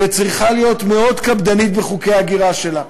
וצריכה להיות מאוד קפדנית בחוקי ההגירה שלה,